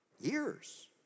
years